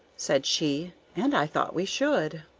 said she. and i thought we should.